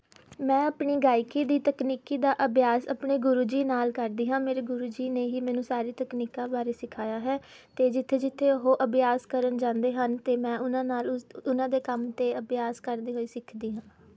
ਮੈਂ ਆਪਣੀ ਗਾਈਕੀ ਦੀ ਤਕਨੀਕੀ ਦਾ ਅਭਿਆਸ ਆਪਣੇ ਗੁਰੂ ਜੀ ਨਾਲ ਕਰਦੀ ਹਾਂ ਮੇਰੇ ਗੁਰੂ ਜੀ ਨੇ ਹੀ ਮੈਨੂੰ ਸਾਰੀ ਤਕਨੀਕਾਂ ਬਾਰੇ ਸਿਖਾਇਆ ਹੈ ਅਤੇ ਜਿੱਥੇ ਜਿੱਥੇ ਉਹ ਅਭਿਆਸ ਕਰਨ ਜਾਂਦੇ ਹਨ ਅਤੇ ਮੈਂ ਉਹਨਾਂ ਨਾਲ ਉਸ ਉਹਨਾਂ ਦੇ ਕੰਮ 'ਤੇ ਅਭਿਆਸ ਕਰਦੀ ਹੋਈ ਸਿੱਖਦੀ ਹਾਂ